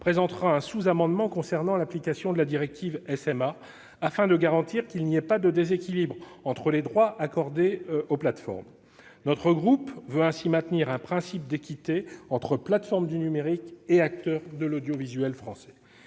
présentera un sous-amendement relatif à l'application de la directive SMA et visant à garantir qu'il n'y ait pas de déséquilibre entre les droits accordés aux plateformes. Notre groupe veut ainsi maintenir un principe d'équité entre plateformes du numérique et acteurs de l'audiovisuel français.